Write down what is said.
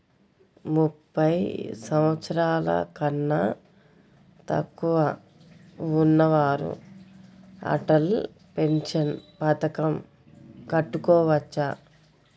ముప్పై సంవత్సరాలకన్నా తక్కువ ఉన్నవారు అటల్ పెన్షన్ పథకం కట్టుకోవచ్చా?